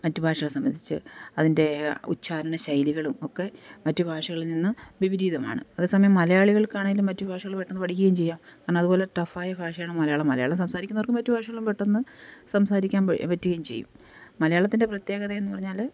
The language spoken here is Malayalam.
മറ്റു ഭാഷകളെ സംബന്ധിച്ച് അതിൻ്റെ ഉച്ചാരണ ശൈലികളും ഒക്കെ മറ്റു ഭാഷകളിൽ നിന്ന് വിപരീതമാണ് അതേസമയം മലയാളികൾക്കാണേലും മറ്റു ഭാഷകള് പെട്ടെന്ന് പഠിക്കുകയും ചെയ്യാം കാരണം അതുപോലെ ടഫ് ആയ ഭാഷയാണ് മലയാളം മലയാളം സംസാരിക്കുന്നവർക്ക് മറ്റ് ഭാഷകള് പെട്ടെന്ന് സംസാരിക്കാൻ പ പറ്റുകയും ചെയ്യും മലയാളത്തിൻ്റെ പ്രത്യേകതയെന്നു പറഞ്ഞാല്